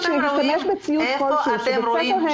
אם יש תלמיד שמשתמש בציוד כלשהו שבית הספר העמיד לו